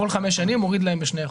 כל חמש שנים מוריד להם בשני אחוזים.